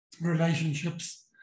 relationships